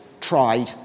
tried